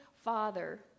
father